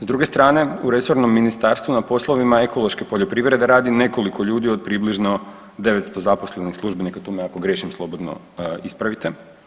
S druge strane u resornom ministarstvu na poslovima ekološke poljoprivrede radi nekoliko ljudi od približno 900 zaposlenih službenika, tu me ako griješim slobodno ispravite.